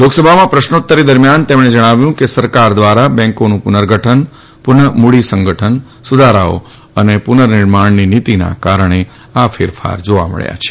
લોકસભામાં પ્રશ્નોત્તરી દરમિયાન તેમણે કહ્યું કે સરકાર દ્વારા બેન્કીનું પુનર્ગઠન પુનઃમૂડી સંગઠન સુધારાઓ અને પુર્નનિર્માણની નિતીના કારણે આ ફેરફાર જાવા મબ્યા છે